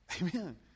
Amen